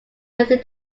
within